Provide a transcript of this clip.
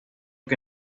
que